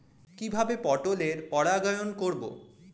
কিভাবে পটলের পরাগায়ন করব?